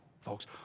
folks